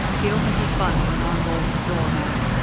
he opened his bundle and unrolled a door mat,